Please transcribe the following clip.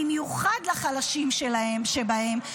במיוחד לחלשים שבהם,